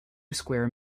square